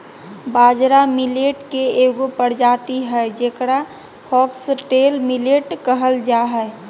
बाजरा मिलेट के एगो प्रजाति हइ जेकरा फॉक्सटेल मिलेट कहल जा हइ